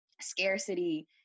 scarcity